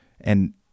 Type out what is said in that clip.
And-